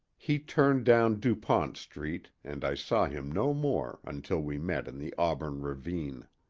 he turned down dupont street and i saw him no more until we met in the auburn ravine.